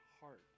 heart